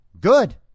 good